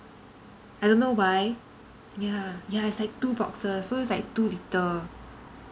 I don't know why ya ya it's like two boxes so it's like two litre